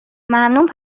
ممنون